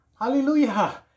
hallelujah